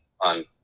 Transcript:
on